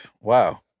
Wow